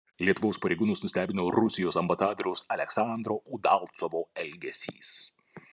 lietuvos pareigūnus nustebino rusijos ambasadoriaus aleksandro udalcovo elgesys